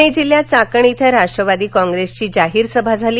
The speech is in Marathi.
पूणे जिल्ह्यात चाकण इथं राष्ट्रवादी कॉप्रेसची जाहीर सभा झाली